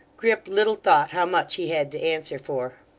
grip little thought how much he had to answer for.